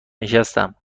نشستم